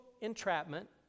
entrapment